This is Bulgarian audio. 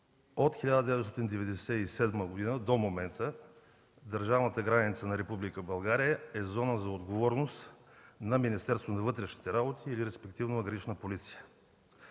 От 1997 г. до момента държавната граница на Република България е зона за отговорност на Министерството на вътрешните работи или респективно на Гранична полиция.